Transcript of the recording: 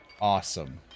Awesome